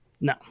No